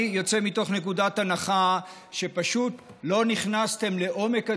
אני יוצא מתוך נקודת הנחה שפשוט לא נכנסתם לעומק הדברים,